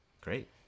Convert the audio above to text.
Great